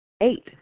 eight